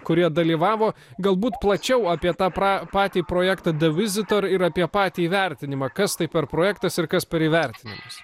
kurie dalyvavo galbūt plačiau apie tą pra patį projektą the visitor ir apie patį įvertinimą kas tai per projektas ir kas per įvertinimas